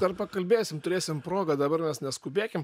dar pakalbėsim turėsim progą dabar mes neskubėkim